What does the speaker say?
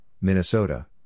Minnesota